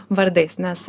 vardais nes